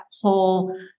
whole